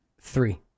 three